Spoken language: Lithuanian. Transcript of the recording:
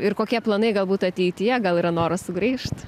ir kokie planai galbūt ateityje gal yra noras sugrįžt